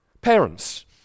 Parents